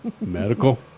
Medical